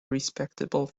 respectable